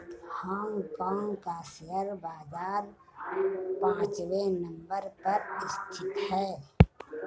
Hong Kong का शेयर बाजार पांचवे नम्बर पर स्थित है